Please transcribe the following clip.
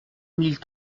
mille